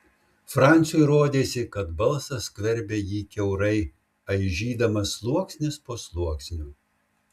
franciui rodėsi kad balsas skverbia jį kiaurai aižydamas sluoksnis po sluoksnio